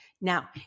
Now